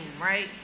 right